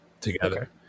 together